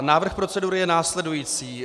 Návrh procedury je následující.